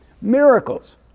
Miracles